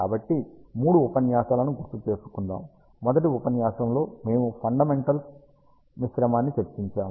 కాబట్టి మూడు ఉపన్యాసాలను గుర్తుచేసుకుందాం మొదటి ఉపన్యాసంలో మేము ఫండమెంటల్స్ మిశ్రమాన్ని చర్చిచాము